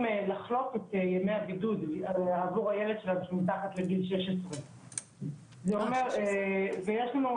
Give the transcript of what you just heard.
לחלוק את ימי הבידוד עבור הילד מתחת לגיל 16. זה אומר ויש לנו,